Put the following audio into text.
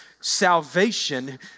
salvation